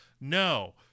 No